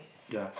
ya